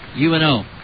UNO